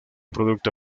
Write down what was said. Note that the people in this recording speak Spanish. producto